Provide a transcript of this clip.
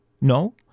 No